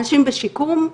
אנשים בשיקום,